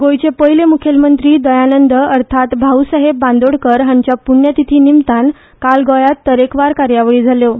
गोयचे हे पयले मुखेलमंत्री दयानंद अर्थात भाऊसाहेब बांदोडकार हाँच्या प्ण्यतिथी निमतान आयज गोयात तरेकवार कार्यावळी जाल्यो